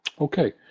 Okay